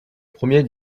premier